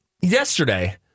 Yesterday